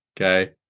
okay